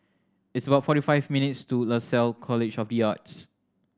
it's about forty five minutes' to Lasalle College of be Arts